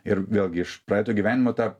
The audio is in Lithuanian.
ir vėlgi iš praeito gyvenimo tą